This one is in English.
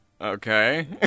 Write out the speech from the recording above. Okay